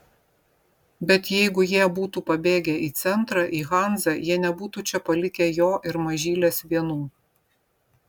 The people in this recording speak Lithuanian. bet jeigu jie būtų pabėgę į centrą į hanzą jie nebūtų čia palikę jo ir mažylės vienų